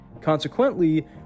Consequently